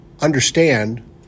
understand